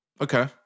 Okay